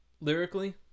Lyrically